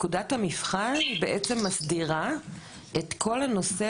פקודת המבחן בעצם מסדירה את כל הנושא